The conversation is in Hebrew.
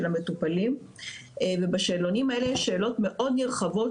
המטופלים ובשאלונים האלה יש שאלות מאוד נרחבות,